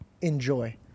enjoy